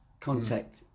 contact